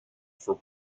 for